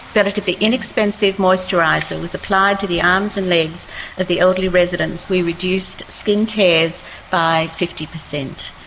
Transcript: relatively inexpensive moisturiser was applied to the arms and legs of the elderly residents, we reduced skin tears by fifty percent.